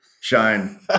shine